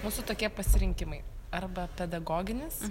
mūsų tokie pasirinkimai arba pedagoginis